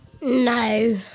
No